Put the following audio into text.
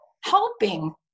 helping